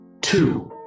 two